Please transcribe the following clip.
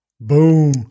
Boom